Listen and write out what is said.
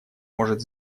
может